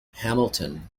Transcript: hamilton